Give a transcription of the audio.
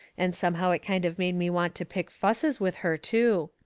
and somehow it kind of made me want to pick fusses with her, too.